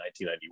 1991